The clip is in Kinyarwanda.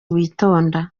witonda